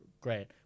great